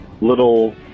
little